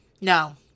no